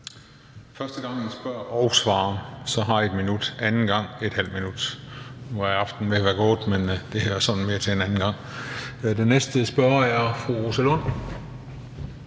Første gang I spørger og svarer, har I 1 minut, anden gang ½ minut. Nu er aftenen ved at være gået, så det er mere til en anden gang. Den næste spørger er fru Rosa Lund.